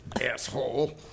asshole